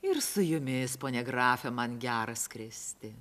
ir su jumis pone grafe man gera skristi